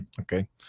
Okay